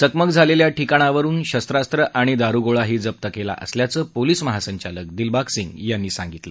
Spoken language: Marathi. चकमक झालेल्या ठिकाणावरुन शस्त्रास्त्र आणि दारुगोळाही जप्त केला असल्याचं पोलिस महासंचालक दिलबाग सिंग यांनी सांगितलं